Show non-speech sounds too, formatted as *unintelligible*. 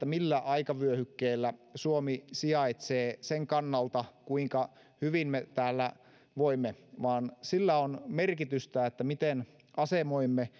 *unintelligible* millä aikavyöhykkeellä suomi sijaitsee sen kannalta kuinka hyvin me täällä voimme vaan sillä on merkitystä miten asemoimme *unintelligible*